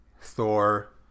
thor